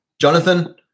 Jonathan